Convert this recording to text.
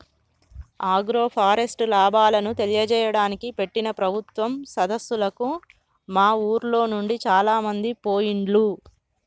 agroforest లాభాలను తెలియజేయడానికి పెట్టిన ప్రభుత్వం సదస్సులకు మా ఉర్లోనుండి చాలామంది పోయిండ్లు